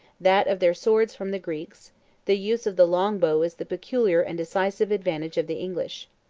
that of their swords from the greeks the use of the long bow is the peculiar and decisive advantage of the english.